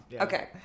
Okay